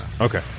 Okay